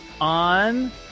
on